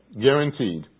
Guaranteed